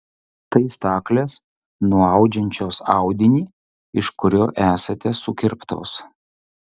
tai staklės nuaudžiančios audinį iš kurio esate sukirptos